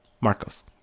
marcos